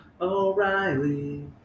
O'Reilly